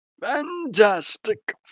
Fantastic